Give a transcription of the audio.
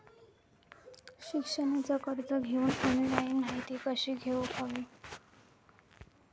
शिक्षणाचा कर्ज घेऊक ऑनलाइन माहिती कशी घेऊक हवी?